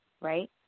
right